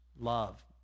love